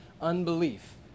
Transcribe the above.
unbelief